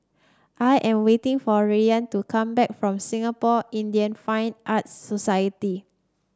I am waiting for Rayan to come back from Singapore Indian Fine Arts Society